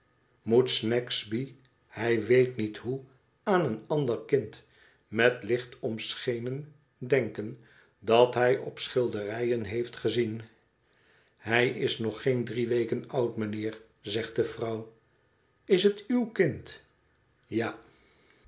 moet snagsby hij weet niet hoe aan een ander kind met licht omschenen denken dat hij op schilderijen heeft gezien hij is nog geen drie weken oud mijnheer zegt de vrouw is het uw kind ja